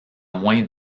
moins